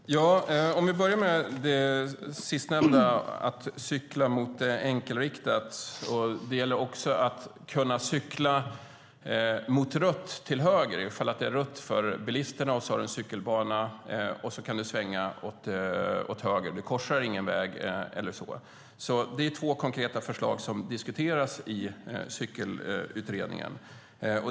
Fru talman! Vi kan börja med det sistnämnda, att cykla mot enkelriktat och också att kunna cykla mot rött till höger - om det är rött för bilisterna och det finns en cykelbana kan man svänga åt höger utan att korsa en väg. Det är två konkreta förslag som diskuteras i cykelutredningen.